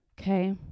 Okay